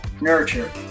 nurture